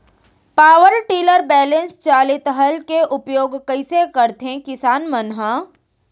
Power tiller balance चालित हल के उपयोग कइसे करथें किसान मन ह?